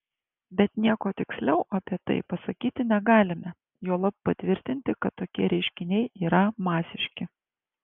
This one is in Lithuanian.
bet nieko tiksliau apie tai pasakyti negalime juolab patvirtinti kad tokie reiškiniai yra masiški